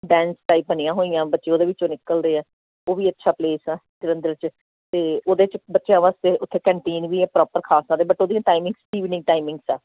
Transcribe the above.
Bains type ਬਣੀਆਂ ਹੋਈਆਂ ਬੱਚੇ ਉਹਦੇ ਵਿੱਚੋਂ ਨਿਕਲਦੇ ਆ ਉਹ ਵੀ ਅੱਛਾ ਪਲੇਸ ਆ ਜਲੰਧਰ 'ਚ ਅਤੇ ਉਹਦੇ 'ਚ ਬੱਚਿਆਂ ਵਾਸਤੇ ਉਥੇ ਕੰਟੀਨ ਵੀ ਪ੍ਰੋਪਰ ਖਾ ਸਕਦੇ ਬਟ ਉਹਦੀਆਂ ਟਾਈਮ ਈਵਨਿੰਗ ਟਾਈਮਿੰਗਸ ਆ